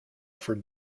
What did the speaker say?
for